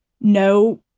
no